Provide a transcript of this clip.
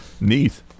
neat